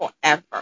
forever